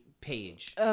Page